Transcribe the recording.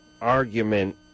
argument